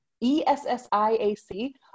E-S-S-I-A-C